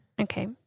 Okay